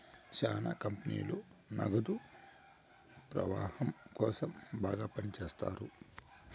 శ్యానా కంపెనీలు నగదు ప్రవాహం కోసం బాగా పని చేత్తాయి